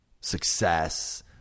Success